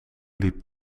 liep